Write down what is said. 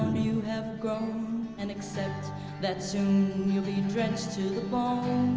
you have grown and accept that soon you'll be drenched to the bone